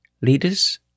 Leaders